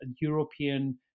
European